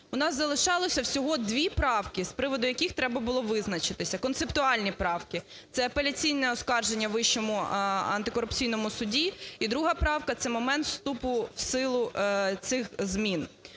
У нас залишалося всього дві правки, з приводу яких треба було визначитися, концептуальні правки: це апеляційне оскарження у Вищому антикорупційному суді і друга правка – це момент вступу в силу цих змін.